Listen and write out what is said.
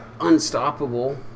unstoppable